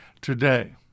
today